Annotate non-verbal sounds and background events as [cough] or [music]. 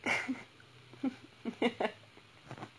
[laughs]